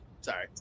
Sorry